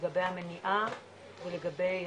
לגבי המניעה ולגבי